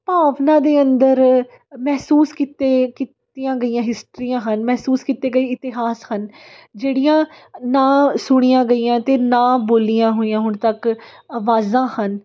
ਭਾਵਨਾ ਦੇ ਅੰਦਰ ਮਹਿਸੂਸ ਕੀਤੇ ਕੀਤੀਆਂ ਗਈਆਂ ਹਿਸਟਰੀਆਂ ਹਨ ਮਹਿਸੂਸ ਕੀਤੇ ਗਏ ਇਤਿਹਾਸ ਹਨ ਜਿਹੜੀਆਂ ਨਾ ਸੁਣੀਆਂ ਗਈਆਂ ਅਤੇ ਨਾ ਬੋਲੀਆਂ ਹੋਈਆਂ ਹੁਣ ਤੱਕ ਆਵਾਜ਼ਾਂ ਹਨ